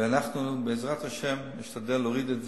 ואנחנו בעזרת השם נשתדל להוריד את זה.